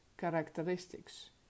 characteristics